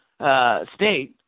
state